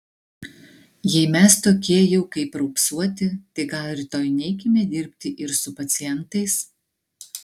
jei mes tokie jau kaip raupsuoti tai gal rytoj neikime dirbti ir su pacientais